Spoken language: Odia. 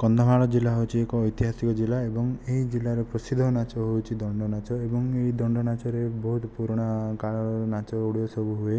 କନ୍ଧମାଳ ଜିଲ୍ଲା ହେଉଛି ଏକ ଐତିହାସିକ ଜିଲ୍ଲା ଏବଂ ଏହି ଜିଲ୍ଲାର ପ୍ରସିଦ୍ଧ ନାଚ ହେଉଛି ଦଣ୍ଡନାଚ ଏବଂ ଏହି ଦଣ୍ଡନାଚରେ ବହୁତ ପୁରୁଣା କାଳର ନାଚ ଗୁଡ଼ିକ ସବୁ ହୁଏ